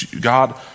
God